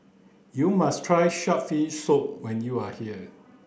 you must try shark's fin soup when you are here